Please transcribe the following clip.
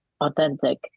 authentic